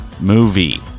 Movie